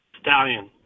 Stallion